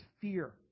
fear